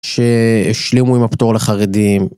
שהשלימו עם הפטור לחרדים.